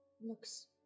looks